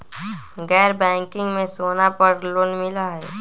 गैर बैंकिंग में सोना पर लोन मिलहई?